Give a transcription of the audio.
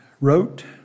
wrote